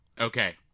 Okay